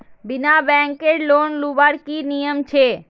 बिना बैंकेर लोन लुबार की नियम छे?